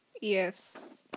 yes